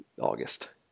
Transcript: August